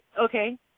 Okay